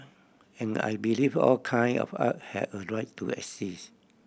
and I believe all kind of art have a right to exists